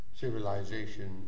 civilization